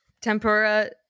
tempura